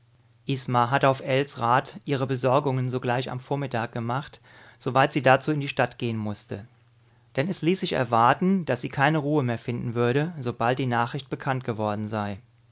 hatte auf ells rat ihre besorgungen sogleich am vormittag gemacht soweit sie dazu in die stadt gehen mußte denn es ließ sich erwarten daß sie keine ruhe mehr finden würde sobald die nachricht bekannt geworden sei